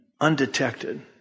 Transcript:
undetected